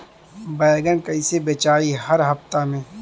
बैगन कईसे बेचाई हर हफ्ता में?